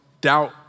doubt